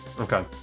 Okay